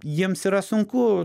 jiems yra sunku